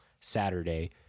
Saturday